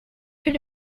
could